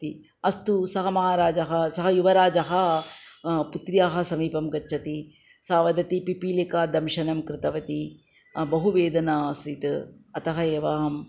इति अस्तु सः महाराजः सः युवराजः पुत्र्याः समीपं गच्छति सा वदति पिपीलिकादंशनं कृतवती बहु वेदना आसीत् अतः एव अहम्